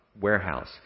warehouse